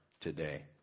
today